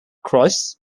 cross